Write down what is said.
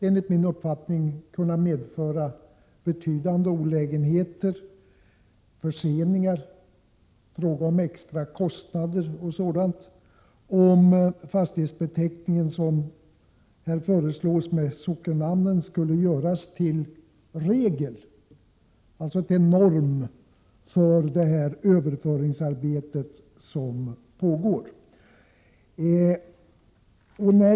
Enligt min uppfattning skulle det kunna innebära betydande olägenheter, förseningar, extra kostnader m.m. om fastighetsbeteckning med sockennamn skulle göras till regel och norm för det överföringsarbete som pågår.